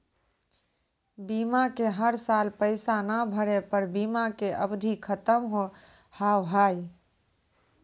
बीमा के हर साल पैसा ना भरे पर बीमा के अवधि खत्म हो हाव हाय?